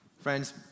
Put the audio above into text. Friends